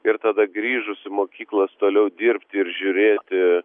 ir tada grįžus į mokyklas toliau dirbt ir žiūrėti